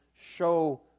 show